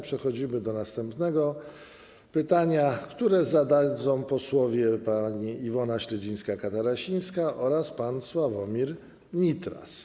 Przechodzimy do następnego pytania, które zadadzą posłowie pani Iwona Śledzińska-Katarasińska oraz pan Sławomir Nitras.